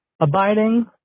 abiding